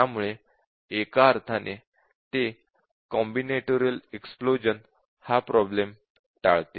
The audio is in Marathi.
त्यामुळे एका अर्थाने ते कॉम्बिनेटोरिअल इक्स्प्लोश़न प्रॉब्लेम टाळते